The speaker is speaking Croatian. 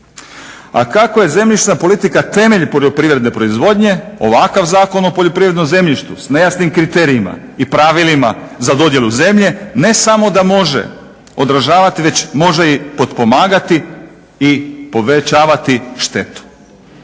A kako je zemljišna politika temelj poljoprivredne proizvodnje ovakav Zakon o poljoprivrednom zemljištu s nejasnim kriterijima i pravilima za dodjelu zemlje ne samo da može odražavati već može i potpomagati i povećavati štetu.